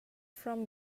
from